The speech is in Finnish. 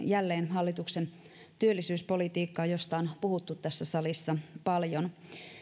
jälleen hallituksen työllisyyspolitiikkaan josta on puhuttu tässä salissa paljon